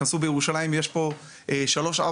אתם יכולים לראות בירושלים שהוסיפו שלוש או ארבע